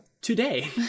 today